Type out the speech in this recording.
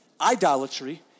idolatry